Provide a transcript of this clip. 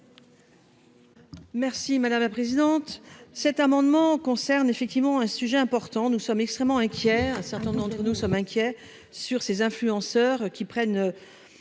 Merci madame la présidente. Cet amendement concerne effectivement un sujet important. Nous sommes extrêmement inquiets. Certains d'entre nous sommes inquiets sur ces influenceurs qui prennent.